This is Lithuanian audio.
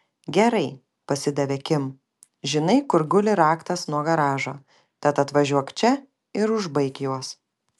gerai pasidavė kim žinai kur guli raktas nuo garažo tad atvažiuok čia ir užbaik juos